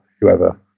whoever